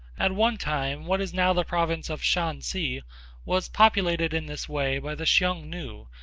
at one time what is now the province of shansi was populated in this way by the hsiung-nu,